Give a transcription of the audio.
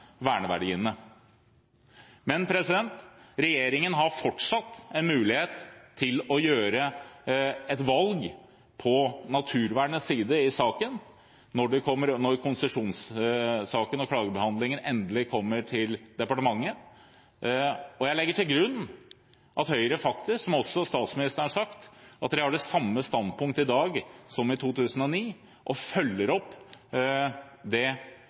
verneverdiene. Men regjeringen har fortsatt en mulighet til å gjøre et valg på naturvernets side i saken, når konsesjonssaken og klagebehandlingen endelig kommer til departementet. Jeg legger til grunn at Høyre faktisk, som også statsministeren har sagt, har det samme standpunktet i dag som i 2009 og følger opp forslaget fra 2009. Eller skal det